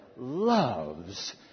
loves